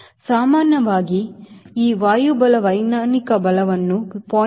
ಸಾಮಾನ್ಯವಾಗಿ ನಾನು ಈ ವಾಯುಬಲವೈಜ್ಞಾನಿಕ ಬಲವನ್ನು 0